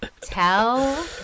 Tell